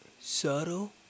subtle